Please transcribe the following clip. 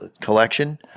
collection